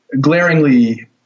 glaringly